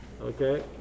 Okay